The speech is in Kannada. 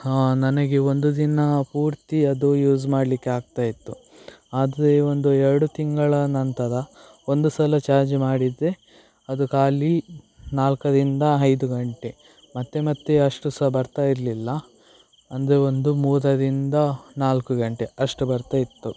ನನಗೆ ಒಂದು ದಿನ ಪೂರ್ತಿ ಅದು ಯೂಸ್ ಮಾಡಲಿಕ್ಕೆ ಆಗ್ತಾ ಇತ್ತು ಆದರೆ ಈ ಒಂದು ಎರಡು ತಿಂಗಳ ನಂತರ ಒಂದು ಸಲ ಚಾರ್ಜ್ ಮಾಡಿದರೆ ಅದು ಖಾಲಿ ನಾಲ್ಕರಿಂದ ಐದು ಗಂಟೆ ಮತ್ತೆ ಮತ್ತೆ ಅಷ್ಟು ಸಹ ಬರ್ತಾ ಇರಲಿಲ್ಲ ಅಂದರೆ ಒಂದು ಮೂರರಿಂದ ನಾಲ್ಕು ಗಂಟೆ ಅಷ್ಟು ಬರ್ತಾ ಇತ್ತು